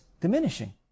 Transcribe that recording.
diminishing